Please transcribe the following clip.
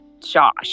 Josh